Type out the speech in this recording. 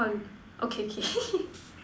okay okay